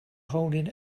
holding